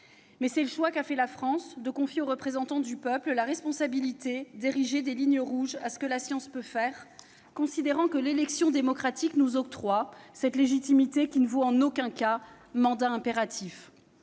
Mais c'est le choix qu'a fait la France de confier aux représentants du peuple la responsabilité d'ériger des lignes rouges à ce que la science peut faire, considérant que l'élection démocratique nous octroie cette légitimité, qui ne vaut en aucun cas mandat impératif.